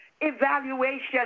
evaluation